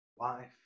Life